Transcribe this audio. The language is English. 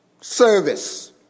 service